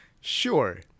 sure